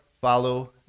follow